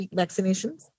vaccinations